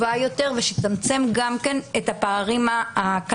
טובה יותר ושתצמצם גם את הפערים הכלכליים-החברתיים,